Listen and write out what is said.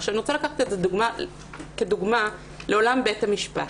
אני רוצה לקחת את זה כדוגמה לעולם בית המשפט.